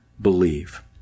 believe